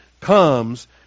comes